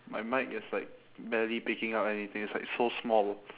my mic is like barely picking up anything it's like so small